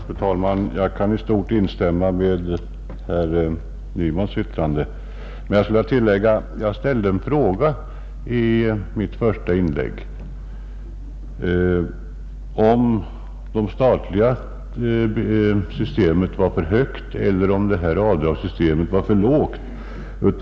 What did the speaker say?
Fru talman! Jag kan i stort instämma i herr Larssons i Umeå yttrande. Emellertid ställde jag i mitt första inlägg frågan om det statliga systemet är alltför förmånligt eller om avdragssystemet är för oförmånligt.